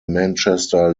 manchester